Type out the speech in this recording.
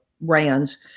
brands